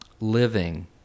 living